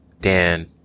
dan